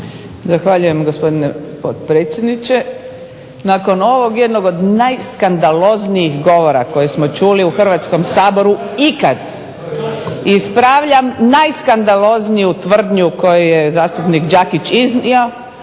Zahvaljujem, gospodine potpredsjedniče. Nakon ovog jednog od najskandaloznijih govora koji smo čuli u Hrvatskom saboru ikad ispravljam najskandalozniju tvrdnju koju je zastupnik Đakić iznio,